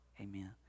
Amen